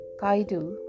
Kaidu